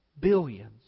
billions